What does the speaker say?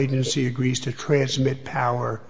agency agrees to transmit power